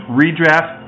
redraft